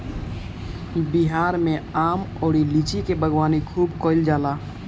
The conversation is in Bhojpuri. बिहार में आम अउरी लीची के बागवानी खूब कईल जाला